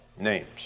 names